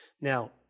Now